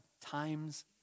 times